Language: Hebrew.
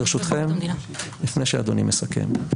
ברשותכם, לפני שאדוני מסכם.